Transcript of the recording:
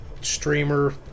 streamer